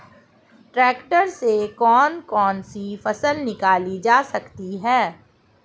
Tractor से कौन कौनसी फसल निकाली जा सकती हैं?